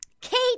Kate